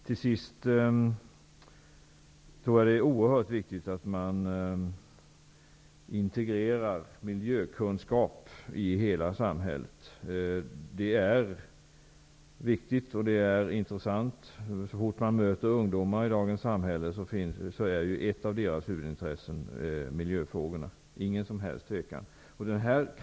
Till sist tror jag att det är oerhört viktigt att man integrerar miljökunskap i hela samhället. Det är intressant, att så fort man möter ungdomar i dagens samhälle visar det sig att ett av deras huvudintressen är miljöfrågorna -- det är inget som helst tvivel om det.